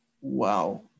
wow